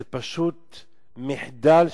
זה פשוט מחדל,